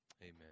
amen